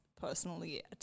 personally